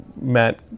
Matt